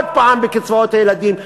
עוד פעם בקצבאות הילדים,